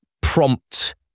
prompt